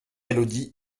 élodie